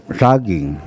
saging